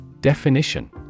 Definition